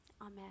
Amen